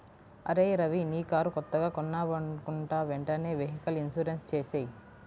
అరేయ్ రవీ నీ కారు కొత్తగా కొన్నావనుకుంటా వెంటనే వెహికల్ ఇన్సూరెన్సు చేసేయ్